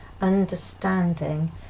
understanding